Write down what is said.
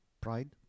Pride